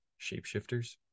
shapeshifters